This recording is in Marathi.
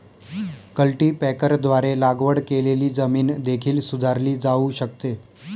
कल्टीपॅकरद्वारे लागवड केलेली जमीन देखील सुधारली जाऊ शकते